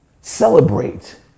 celebrate